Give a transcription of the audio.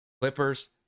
Clippers